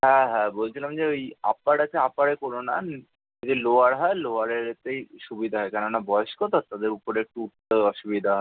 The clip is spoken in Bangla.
হ্যাঁ হ্যাঁ বলছিলাম যে ওই আপার আছে আপারে করো না যে লোয়ার হয় লোয়ারেতেই সুবিধা হয় কেননা বয়স্ক তো তাদের উপরে একটু উঠতে অসুবিধা